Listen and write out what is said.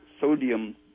sodium